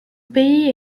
pays